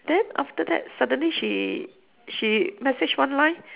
then after that suddenly she she message one line